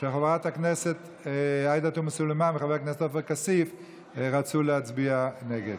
שחברת הכנסת עאידה תומא סלימאן וחבר הכנסת עופר כסיף רצו להצביע נגד.